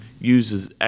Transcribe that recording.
uses